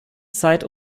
zeit